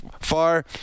far